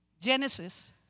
Genesis